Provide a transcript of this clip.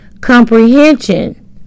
Comprehension